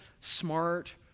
smart